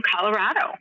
Colorado